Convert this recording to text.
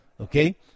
okay